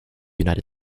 united